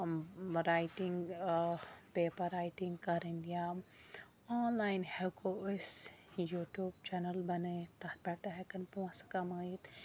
writing paper writing کَرٕنۍ یا online ہٮ۪کو أسۍ یوٗٹیوٗب چَنَل بَنٲیِتھ تَتھ پٮ۪ٹھ تہِ ہٮ۪کَن پونٛسہٕ کَمٲیِتھ